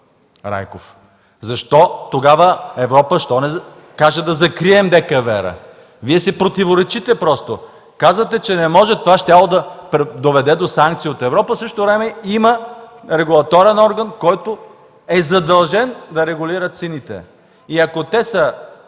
Райков? Защо тогава Европа не каже да закрием ДКЕВР? Вие си противоречите просто. Казвате, че не може, това щяло да доведе до санкции от Европа. В същото време има регулаторен орган, който е задължен да регулира цените. Ако те са